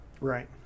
Right